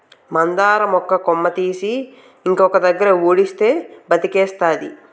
మందార మొక్క కొమ్మ తీసి ఇంకొక దగ్గర ఉడిస్తే బతికేస్తాది